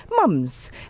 mums